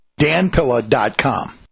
danpilla.com